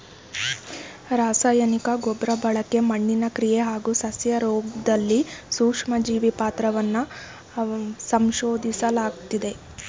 ರಾಸಾಯನಿಕ ಗೊಬ್ರಬಳಕೆ ಮಣ್ಣಿನ ಕ್ರಿಯೆ ಹಾಗೂ ಸಸ್ಯರೋಗ್ದಲ್ಲಿ ಸೂಕ್ಷ್ಮಜೀವಿ ಪಾತ್ರವನ್ನ ಸಂಶೋದಿಸ್ಲಾಗಿದೆ